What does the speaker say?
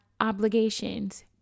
obligations